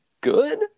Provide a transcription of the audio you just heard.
good